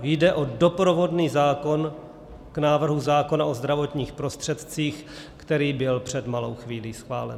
Jde o doprovodný zákon k návrhu zákona o zdravotních prostředcích, který byl před malou chvílí schválen.